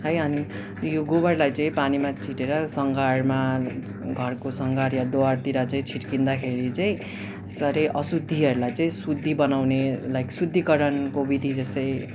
है अनि यो गोबरलाई चाहिँ पानीमा फिटेर सङ्घारमा घरको सङ्घार वा द्वारतिर चाहिँ छर्किँदाखेरि चाहिँ साह्रै अशुद्धिहरूलाई चाहिँ शुद्धि बनाउने लाइक शुद्धीकरणको विधि जस्तै